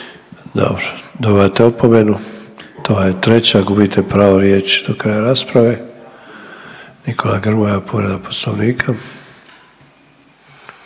Dobro, dobivate opomenu. To vam je treća, gubite pravo riječi do kraja rasprave. Nikola Grmoja povreda Poslovnika.